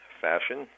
fashion